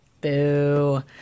Boo